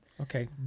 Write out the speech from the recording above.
Okay